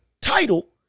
title